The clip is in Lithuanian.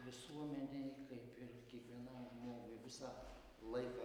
visuomenei kaip ir kiekvienam žmogui visą laiką